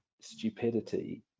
stupidity